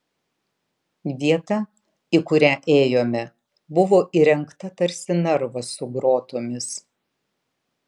vieta į kurią ėjome buvo įrengta tarsi narvas su grotomis